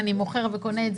אני אמכור ואקנה.